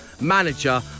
manager